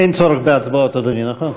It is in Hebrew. אין צורך בהצבעות, אדוני, נכון?